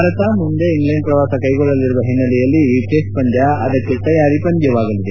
ಭಾರತ ಮುಂದೆ ಇಂಗ್ಲೆಂಡ್ ಪ್ರವಾಸ ಕೈಗೊಳ್ಳಲಿರುವ ಹಿನ್ನೆಲೆಯಲ್ಲಿ ಈ ಟೆಸ್ಟ್ ಪಂದ್ದ ಅದಕ್ಕೆ ತಯಾರಿ ಪಂದ್ದವಾಗಲಿದೆ